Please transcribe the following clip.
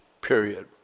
period